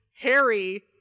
Harry